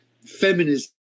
feminism